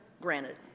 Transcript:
granted